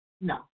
no